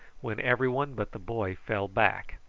when everyone but the boy fell back.